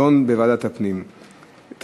תידון בוועדת הפנים והגנת הסביבה.